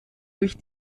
durch